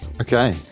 Okay